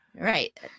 Right